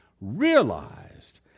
realized